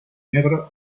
negro